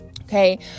Okay